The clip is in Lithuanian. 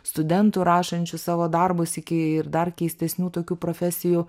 studentų rašančių savo darbus iki ir dar keistesnių tokių profesijų